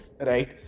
right